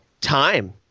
time